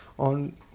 on